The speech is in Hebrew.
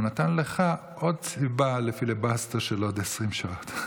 הוא נתן לך עוד סיבה לפיליבסטר של עוד 20 שעות.